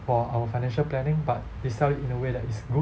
for our financial planning but they sell it in a way that is good